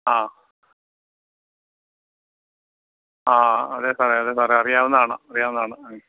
ആ ആ അതെ സാറെ അതെ സാറെ അറിയാവുന്നതാണ് അറിയാവുന്നതാന്ന്